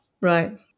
Right